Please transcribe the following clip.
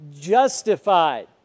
Justified